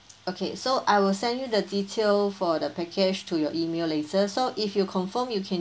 okay so I will send you the detail for the package to your email later so if you confirm you can